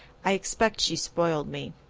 i expect she spoiled me.